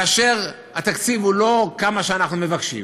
כאשר התקציב הוא לא כמה שאנחנו מבקשים,